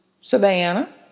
Savannah